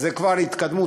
זו כבר התקדמות.